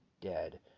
dead